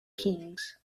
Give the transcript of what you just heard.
kings